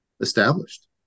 established